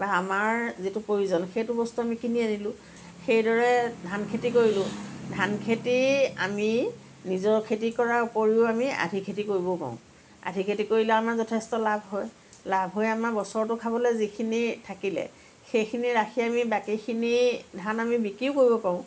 বা আমাৰ যিটো প্ৰয়োজন সেইটো বস্তু আমি কিনি আনিলোঁ সেইদৰে ধান খেতি কৰিলোঁ ধান খেতি আমি নিজৰ খেতি কৰাৰ উপৰিও আমি আধি খেতি কৰিব পাৰোঁ আধি খেতি কৰিলে আমাৰ যথেষ্ট লাভ হয় লাভ হয় আমাৰ বছৰটো খাবলৈ যিখিনি থাকিলে সেইখিনি ৰাখি আমি বাকীখিনি ধান আমি বিক্ৰীও কৰিব পাৰোঁ